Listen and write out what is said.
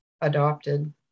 adopted